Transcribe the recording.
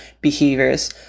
behaviors